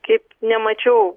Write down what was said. kaip nemačiau